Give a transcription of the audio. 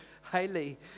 highly